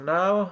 now